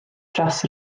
dros